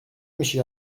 میشی